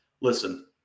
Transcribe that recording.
listen